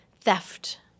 theft